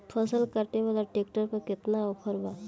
फसल काटे वाला ट्रैक्टर पर केतना ऑफर बा?